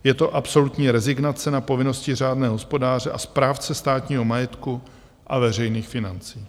Je to absolutní rezignace na povinnosti řádného hospodáře a správce státního majetku a veřejných financí.